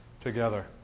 together